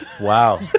Wow